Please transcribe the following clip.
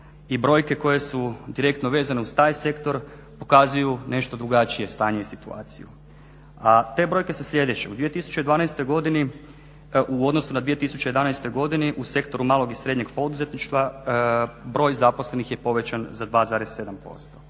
I brojke koje su direktno vezane uz taj sektor pokazuju nešto drugačije stanje i situaciju, a te brojke su sljedeće. U 2012. godini u odnosu na 2011. godini u sektoru malog i srednjeg poduzetništva broj zaposlenih je povećan za 2,7%.